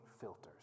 filters